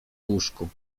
łóżku